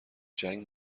جنگ